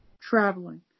traveling